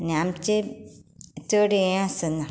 आनी आमचें चड हें आसना